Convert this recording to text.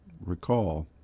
recall